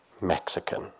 Mexican